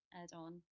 add-on